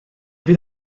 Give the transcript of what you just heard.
fydd